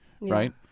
right